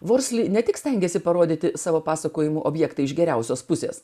vorsli ne tik stengėsi parodyti savo pasakojimų objektą iš geriausios pusės